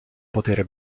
potere